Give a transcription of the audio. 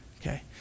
Okay